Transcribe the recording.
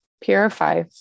purify